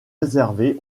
réservés